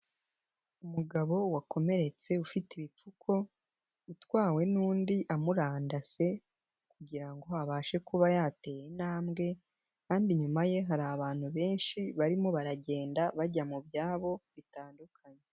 Umugabo wakomeretse ufite ibipfuko utwawe n'undi amurandase, kugira ngo abashe kuba yateye intambwe, kandi inyuma ye hari abantu benshi barimo baragenda bajya mu byabo bitandukanye.